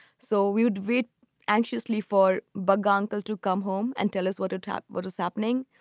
so we would read anxiously for baganda to come home and tell us what a top what was happening.